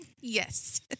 Yes